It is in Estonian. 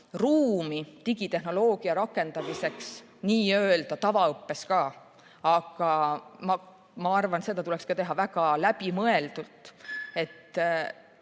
ruumi digitehnoloogia rakendamiseks n‑ö tavaõppes ka, aga ma arvan, et seda tuleks teha väga läbimõeldult, et